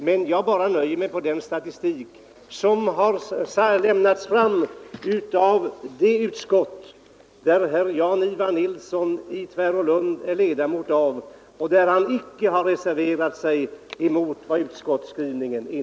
Jag nöjer mig med att hänvisa till den statistik som har redovisats av det utskott som herr Nilsson i Tvärålund är ledamot av och där han inte har reserverat sig mot utskottsskrivningen.